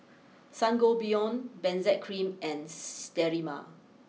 Sangobion Benzac cream and Sterimar